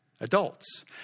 adults